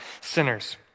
sinners